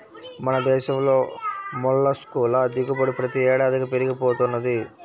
మన దేశంలో మొల్లస్క్ ల దిగుబడి ప్రతి ఏడాదికీ పెరిగి పోతున్నది